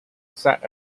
sat